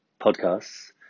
podcasts